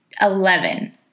Eleven